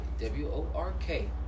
W-O-R-K